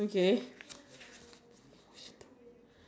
and your grammar but nothing much